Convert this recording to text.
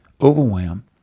overwhelm